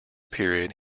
period